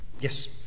Yes